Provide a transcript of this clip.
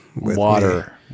Water